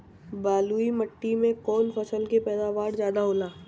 बालुई माटी में कौन फसल के पैदावार ज्यादा होला?